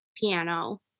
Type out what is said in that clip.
piano